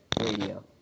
Radio